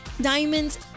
diamonds